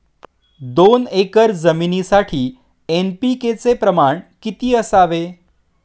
दोन एकर जमिनीसाठी एन.पी.के चे प्रमाण किती असावे?